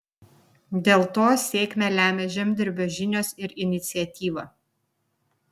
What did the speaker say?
dėl to sėkmę lemia žemdirbio žinios ir iniciatyva